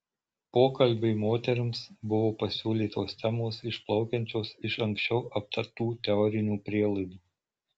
pokalbiui moterims buvo pasiūlytos temos išplaukiančios iš anksčiau aptartų teorinių prielaidų